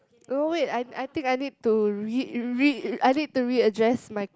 no wait I I think I need to re~ re~ I need to readjust my